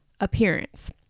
appearance